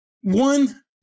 One